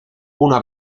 una